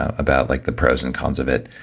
ah about like the pros and cons of it.